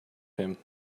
him